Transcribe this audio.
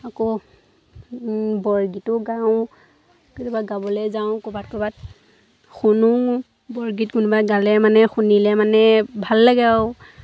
আকৌ বৰগীতো গাওঁ কেতিয়াবা গাবলৈ যাওঁ ক'ৰবাত ক'ৰবাত শুনো বৰগীত কোনোবাই গালে মানে শুনিলে মানে ভাল লাগে আৰু